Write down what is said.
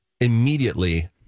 immediately